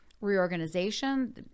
reorganization